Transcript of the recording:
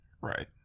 right